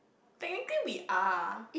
technically we are